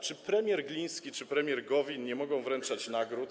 Czy premier Gliński czy premier Gowin nie mogą wręczać nagród?